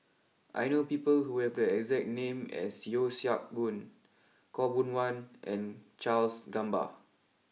I know people who have the exact name as Yeo Siak Goon Khaw Boon Wan and Charles Gamba